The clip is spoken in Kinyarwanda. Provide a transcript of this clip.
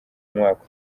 umwaka